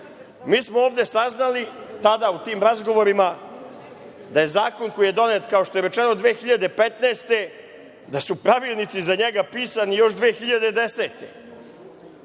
smo saznali u tim razgovorima da je zakon koji je donet, kao što je rečeno, 2015. godine da su pravilnici za njega pisani još 2010.